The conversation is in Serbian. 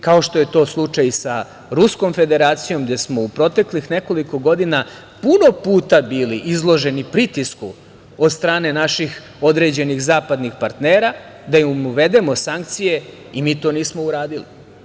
Kao što je to slučaj i sa Ruskom Federacijom, gde smo u proteklih nekoliko godina puno puta bili izloženi pritisku od strane naših određenih zapadnih partnera da im uvedemo sankcije i mi to nismo uradili.